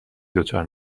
دچار